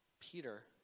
Peter